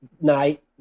night